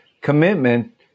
commitment